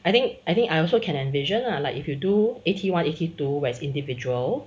I think I think I also can envision lah like if you A_T one A_T two where it's individual